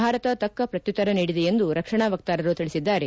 ಭಾರತ ತಕ್ಕ ಪ್ರತ್ಯುತ್ತರ ನೀಡಿದೆ ಎಂದು ರಕ್ಷಣಾ ವಕ್ತಾರರು ತಿಳಿಸಿದ್ದಾರೆ